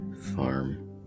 farm